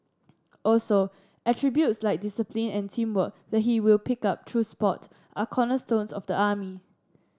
also attributes like discipline and teamwork that he will pick up through sport are cornerstones of the army